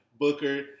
Booker